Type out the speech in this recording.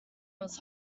was